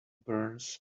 burns